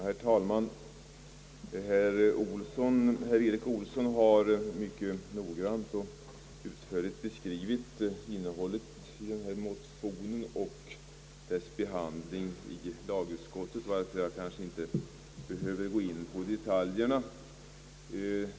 Herr talman! Herr Erik Olsson har mycket noggrant och utförligt beskrivit innehållet i detta motionspar och dess behandling i lagutskottet, varför jag kanske inte behöver gå in på detaljerna.